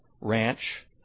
Ranch